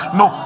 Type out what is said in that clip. no